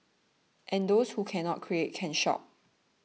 and those who cannot create can shop